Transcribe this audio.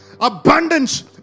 Abundance